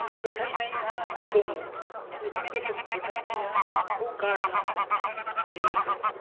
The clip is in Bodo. फोथायनाया दङ बेफोर गोसोम फोथायनायखौ गारनांगौ जे रोखोम